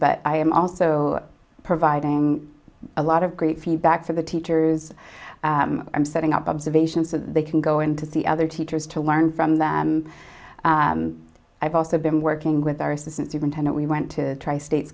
but i am also providing a lot of great feedback to the teachers i'm setting up observations so they can go into the other teachers to learn from them i've also been working with our assistant superintendent we went to try state